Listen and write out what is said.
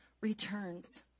returns